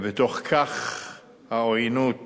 והאנרגיות